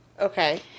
Okay